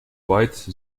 white